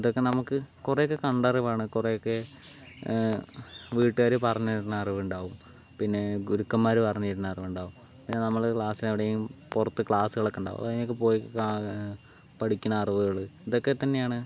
ഇതൊക്കെ നമുക്ക് കുറേ ഒക്കെ കണ്ടറിവാണ് കുറേ ഒക്കെ വീട്ടുകാർ പറഞ്ഞ് തരുന്ന അറിവുണ്ടാവും പിന്നെ ഗുരുക്കന്മാർ പറഞ്ഞ് തരുന്ന അറിവുണ്ടാവും പിന്നെ നമ്മൾ ക്ലാസ്സിനെവിടേയും പുറത്ത് ക്ലാസ്സുകളൊക്കെ ഉണ്ടാവും അതിനൊക്കെ പോയി പഠിക്കണ അറിവുകൾ ഇതൊക്കെ തന്നെയാണ്